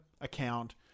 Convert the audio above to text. account